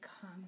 come